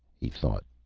he thought,